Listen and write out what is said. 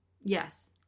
Yes